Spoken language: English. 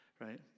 right